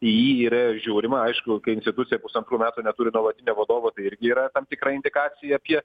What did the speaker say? į jį yra ir žiūrima aišku kai institucija pusantrų metų neturi nuolatinio vadovo tai irgi yra tam tikra indikacija apie